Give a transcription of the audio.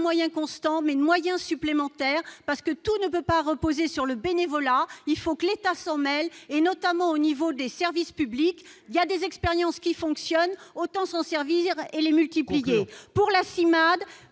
de moyens constants mais de moyens supplémentaires, parce que tout ne peut pas reposer sur le bénévolat, il faut que l'État sommeil et notamment au niveau des services publics, il y a des expériences qui fonctionnent, autant s'en servir et les multiplier pour la Cimade,